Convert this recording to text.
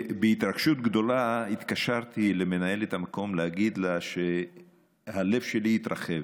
בהתרגשות גדולה התקשרתי למנהלת המקום להגיד לה שהלב שלי התרחב.